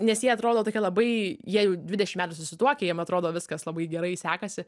nes jie atrodo tokie labai jie jau dvidešim metų susituokę jiem atrodo viskas labai gerai sekasi